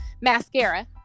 mascara